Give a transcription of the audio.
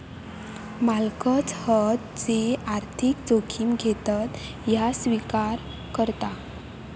मालकच हत जे आर्थिक जोखिम घेतत ह्या स्विकार करताव